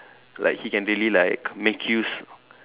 like he can really like make use